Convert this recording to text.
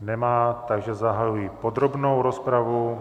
Nemá, takže zahajuji podrobnou rozpravu.